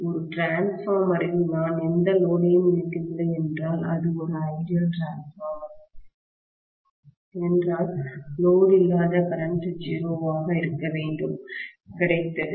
ஒரு டிரான்ஸ்பார்மரில் நான் எந்த லோடுயையும் இணைக்கவில்லை என்றால் அது ஒரு ஐடியல் டிரான்ஸ்பார்மர் என்றால் லோடு இல்லாத கரண்ட் 0 ஆக இருக்க வேண்டும் கிடைத்தது